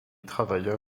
travailla